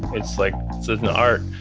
it's like so an art.